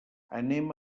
anem